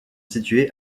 situés